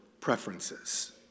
preferences